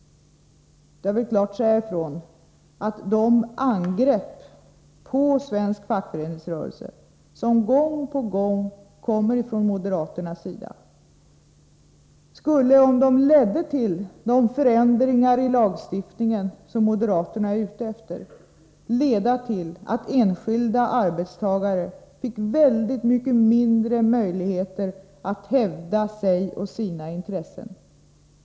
Jag vill klart säga ifrån, att om de angrepp på svensk fackföreningsrörelse som gång på gång görs från moderat sida ledde till de förändringar i lagstiftningen som moderaterna är ute efter, skulle det innebära att enskilda arbetstagare fick väldigt mycket mindre möjligheter att hävda sig och sina intressen.